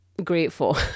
Grateful